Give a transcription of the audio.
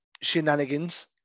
shenanigans